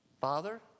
Father